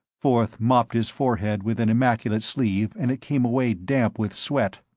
forth mopped his forehead with an immaculate sleeve and it came away damp with sweat,